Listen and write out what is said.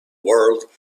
world